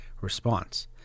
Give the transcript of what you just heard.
response